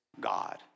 God